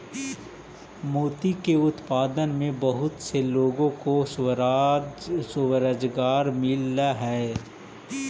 मोती के उत्पादन में बहुत से लोगों को स्वरोजगार मिलअ हई